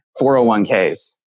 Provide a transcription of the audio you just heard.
401ks